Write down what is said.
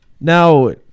Now